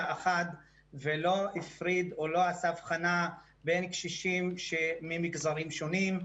אחת ולא הפריד או לא עשה הבחנה בין קשישים ממגזרים שונים,